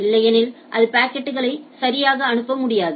இல்லையெனில் அது பாக்கெட்களை சரியாக அனுப்ப முடியாது